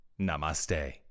Namaste